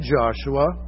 Joshua